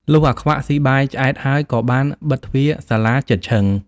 លុះអាខ្វាក់ស៊ីបាយឆ្អែតហើយក៏បានបិទទ្វារសាលាជិតឈឹង។